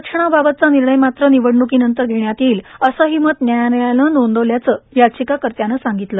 आरक्षणाचा बाबतचा निर्णय मात्र निवडणुकीनंतर घेण्यात येईल असेही मत न्यायालयाने नोंदविल्याचे याचिकाकर्त्याने सांगीतले